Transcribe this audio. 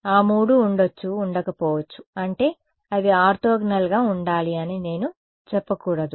ఆ మూడూ ఉండొచ్చు ఉండకపోవచ్చు అంటే అవి ఆర్తోగోనల్ గా ఉండాలి అని నేను చెప్పకూడదు